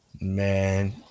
Man